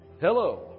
Hello